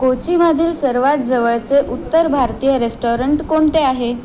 कोचीमधील सर्वात जवळचे उत्तर भारतीय रेस्टॉरंट कोणते आहे